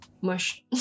mush